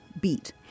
beat